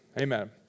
Amen